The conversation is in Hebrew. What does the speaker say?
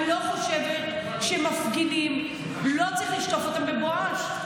אני חושבת שלא צריך לשטוף מפגינים בבואש.